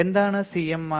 എന്താണ് CMRR